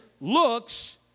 looks